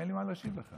אין לי מה להשיב לך.